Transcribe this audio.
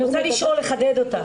אני רוצה לחדד אותה.